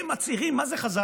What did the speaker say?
היא מצהירה מה זה חזק,